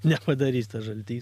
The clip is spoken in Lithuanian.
nepadarys tas žaltys